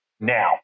now